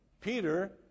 Peter